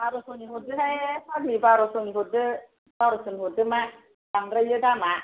बार'स'नि हरदोहाय फाग्लि बार'स'नि हरदो बार'स'नि हरदोमा बांद्रायो दामआ